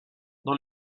dans